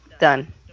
done